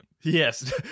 Yes